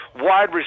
wide